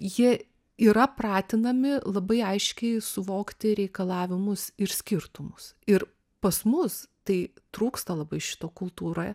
jie yra pratinami labai aiškiai suvokti reikalavimus ir skirtumus ir pas mus tai trūksta labai šito kultūroje